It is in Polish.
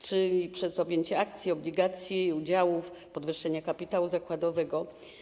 Chodzi o objęcie akcji, obligacji, udziałów, podwyższenie kapitału zakładowego.